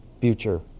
future